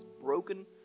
broken